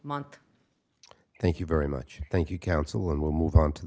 month thank you very much thank you counsel and we'll move on to